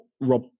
Rob